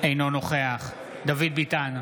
אינו נוכח דוד ביטן,